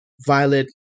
Violet